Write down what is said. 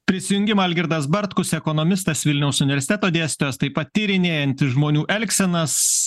prisijungimą algirdas bartkus ekonomistas vilniaus universiteto dėstytojas taip pat tyrinėjantis žmonių elgsenas